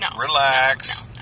relax